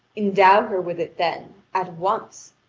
endow her with it, then, at once,